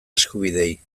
eskubideei